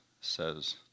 says